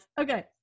Okay